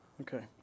Okay